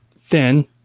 thin